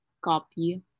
copy